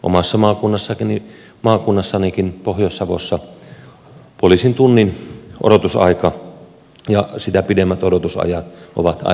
omassa maakunnassanikin pohjois savossa poliisin tunnin odotusaika ja sitä pidemmät odotusajat ovat aivan normaaleja